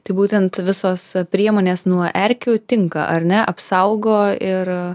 tai būtent visos priemonės nuo erkių tinka ar ne apsaugo ir